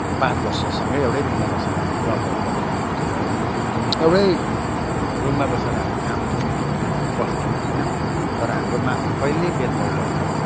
पाँच वर्ष सँगै एउटै रुममा बसेर हामी जबहरू गर्थ्यौँ ड्युटी गर्थ्यौँ एउटै रुममा बसेर हामी खान्थ्यौँ पिउँथ्यौँ बस्थ्यौँ होइन तर हाम्रो माझमा कहिल्यै भेदभाव भएन